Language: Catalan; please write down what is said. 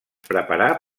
preparà